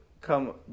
come